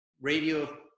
radio